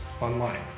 online